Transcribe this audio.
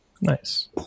Nice